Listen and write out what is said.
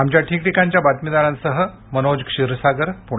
आमच्या ठिकठिकाणच्या बातमीदारांसह मनोज क्षीरसागर पुणे